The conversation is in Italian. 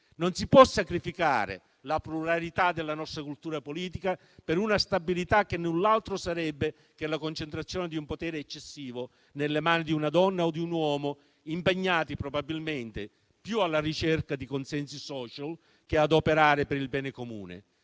Non si può sacrificare la pluralità della nostra cultura politica per una stabilità che null'altro sarebbe che la concentrazione di un potere eccessivo nelle mani di una donna o di un uomo impegnati probabilmente più alla ricerca di consensi *social* che ad operare per il bene comune,